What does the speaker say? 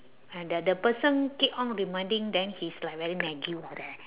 like the the person keep on reminding then he's like very naggy like that